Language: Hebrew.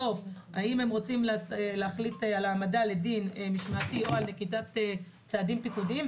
הם רוצים להחליט על העמדה לדין משמעתי או נקיטת צעדים פיקודיים.